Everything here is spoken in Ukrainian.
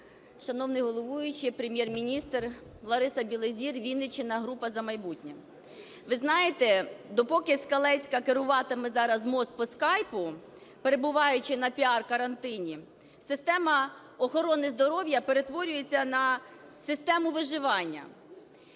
шановний головуючий, Прем’єр-міністр! Лариса Білозір, Вінниччина, група "За майбутнє". Ви знаєте, допоки Скалецька керуватиме зараз МОЗ по скайпу, перебуваючи на піар-карантині, система охорони здоров'я перетворюється на систему виживання.